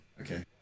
Okay